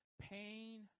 Pain